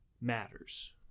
matters